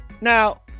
Now